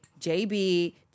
JB